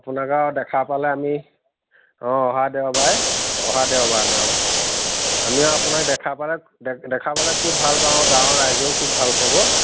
আপোনাক আৰু দেখা পালে আমি অঁ অহা দেওবাৰে অহা দেওবাৰে দেও আমি আপোনাক দেখা পালে দেখা পালে খুব ভাল পাওঁ গাঁৱৰ ৰাইজেও খুব ভাল পাব